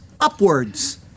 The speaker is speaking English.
upwards